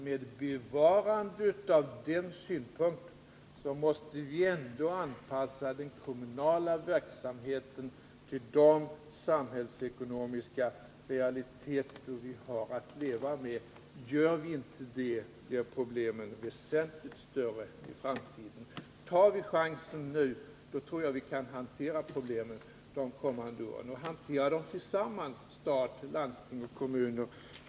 Med bevarande av den synpunkten måste vi ändå anpassa den kommunala verksamheten till de samhällsekonomiska realiteter vi har att leva med. Gör vi inte det, blir problemen väsentligt större i framtiden. Tar vi chansen nu, så tror jag vi kan hantera problemen de kommande åren, och hantera dem tillsammans — stat, landsting och kommuner.